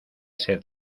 ser